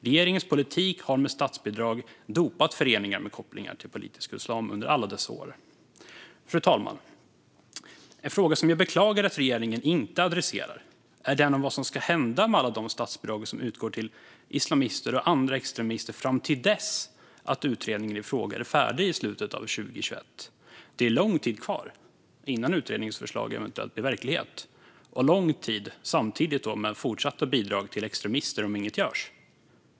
Regeringens politik har med statsbidrag dopat föreningar med kopplingar till politisk islam under alla dessa år. Fru talman! En fråga som jag beklagar att regeringen inte adresserar är den om vad som ska hända med alla de statsbidrag som utgår till islamister och andra extremister fram till dess att utredningen i fråga är färdig i slutet av 2021. Det är lång tid kvar innan utredningens förslag eventuellt blir verklighet, och det är samtidigt lång tid med fortsatta bidrag till extremister om inget görs.